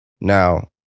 Now